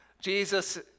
Jesus